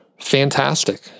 fantastic